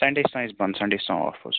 Sunday چھُ آسان اَسہِ بند سَنڈے چھُ آسان آف حظ